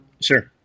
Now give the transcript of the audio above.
Sure